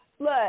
Look